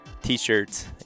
T-shirts